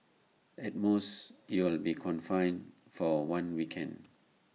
at most you'll be confined for one weekend